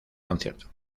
concierto